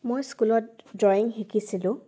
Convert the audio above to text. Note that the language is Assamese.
মই স্কুলত ড্ৰয়িং শিকিছিলোঁ